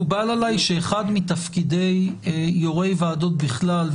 מקובל עליי שאחד מתפקידי יו"רי ועדות בכלל,